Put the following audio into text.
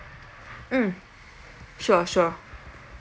mm sure sure